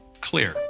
clear